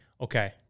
okay